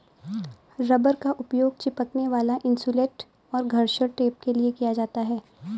rubber का उपयोग चिपकने वाला इन्सुलेट और घर्षण टेप के लिए किया जाता है